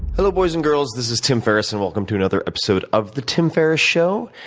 hello, boys and girls. this is tim ferriss. and welcome to another episode of the tim ferriss show.